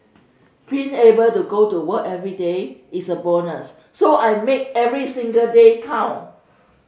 being able to go to work everyday is a bonus so I make every single day count